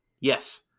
yes